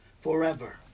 forever